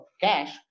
cash